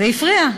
זה הפריע.